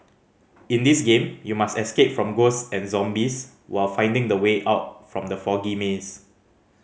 in this game you must escape from ghost and zombies while finding the way out from the foggy maze